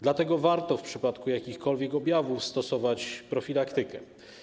Dlatego warto w przypadku jakichkolwiek objawów stosować profilaktykę.